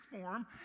form